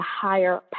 higher